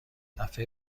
دفعه